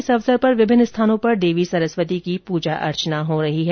इस अवसर पर विभिन्न स्थानों पर देवी सरस्वती की पूजा अर्चना की जा रही है